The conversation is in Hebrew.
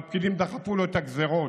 והפקידים דחפו לו את הגזרות.